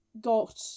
got